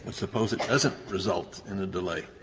suppose it doesn't result in a delay?